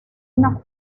una